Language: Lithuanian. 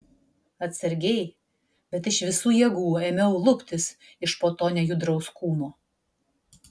atsargiai bet iš visų jėgų ėmiau luptis iš po to nejudraus kūno